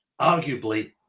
Arguably